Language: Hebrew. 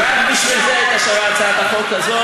רק בשביל זה הייתה שווה הצעת החוק הזאת.